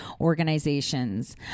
organizations